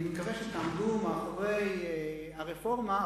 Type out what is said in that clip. אני מקווה שתעמדו מאחורי הרפורמה,